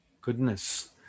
goodness